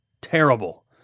terrible